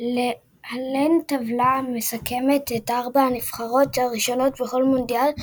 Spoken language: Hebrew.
להלן טבלה המסכמת את ארבע הנבחרות הראשונות בכל מונדיאל,